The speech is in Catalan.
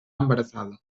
embarassada